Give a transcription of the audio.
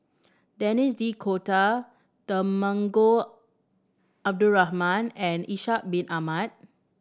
Denis D'Cotta Temenggong Abdul Rahman and Ishak Bin Ahmad